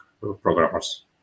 programmers